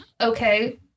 okay